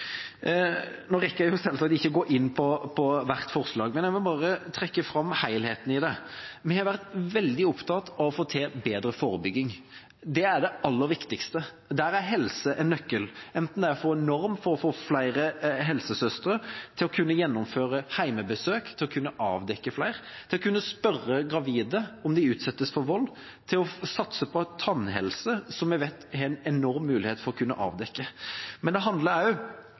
Nå rekker jeg selvsagt ikke å gå inn på hvert forslag, men jeg vil trekke fram helheten i det. Vi har vært veldig opptatt av å få til bedre forebygging. Det er det aller viktigste, og der er helse en nøkkel, enten det er en norm for å få flere helsesøstre til å kunne gjennomføre hjemmebesøk, til å kunne avdekke flere, at en kunne spørre gravide om de utsettes for vold, eller satse på tannhelse, som jeg vet har en enorm mulighet for å avdekke. Men det handler